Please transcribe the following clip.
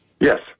Yes